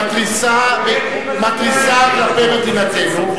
ומתריסה כלפי מדינתנו,